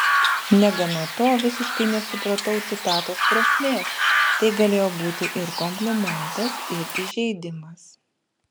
negana to visiškai nesupratau citatos prasmės tai galėjo būti ir komplimentas ir įžeidimas